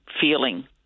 feeling